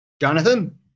Jonathan